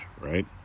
right